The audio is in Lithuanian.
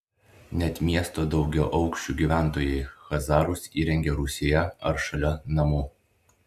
net miesto daugiaaukščių gyventojai chazarus įrengia rūsyje ar šalia namų